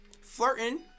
Flirting